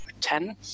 ten